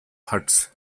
huts